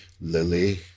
Lily